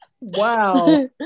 Wow